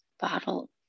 bottle